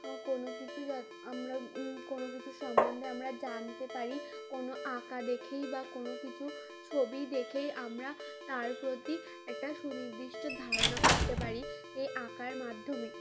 কোনো কিছু যে আমরা কোনো কিছু সম্বন্ধে আমরা জানতে পারি কোনো আঁকা দেখেই বা কোনো কিছু ছবি দেখেই আমরা তার প্রতি একটা সুনির্দিষ্ট ধারণা করতে পারি এই আঁকার মাধ্যমে